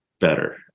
better